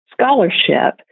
scholarship